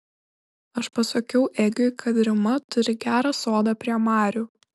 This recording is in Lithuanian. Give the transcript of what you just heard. aš pasakiau egiui kad rima turi gerą sodą prie marių